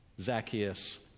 Zacchaeus